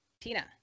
Tina